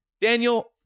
Daniel